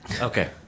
Okay